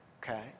Okay